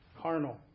carnal